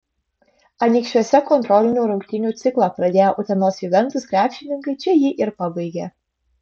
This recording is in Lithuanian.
anykščiuose kontrolinių rungtynių ciklą pradėję utenos juventus krepšininkai čia jį ir pabaigė